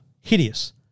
hideous